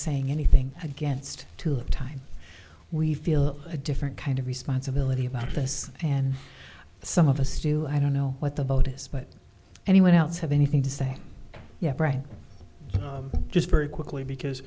saying anything against two time we feel a different kind of responsibility about this and some of us do i don't know what the vote is but anyone else have anything to say yet right just very quickly because